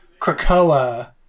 Krakoa